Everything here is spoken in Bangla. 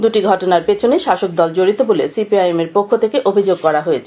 দুটি ঘটনার পেছনেই শাসকদল জডিত বলে সিপিআইএম এর পক্ষ থেকে অভিযোগ করা হয়েছে